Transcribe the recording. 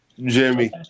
Jimmy